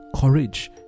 courage